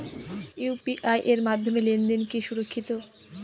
UPI এর মাধ্যমে লেনদেন কি সুরক্ষিত?